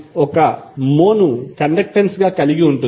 1 mho ను conductance గా కలిగి ఉంటుంది